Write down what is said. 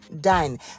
done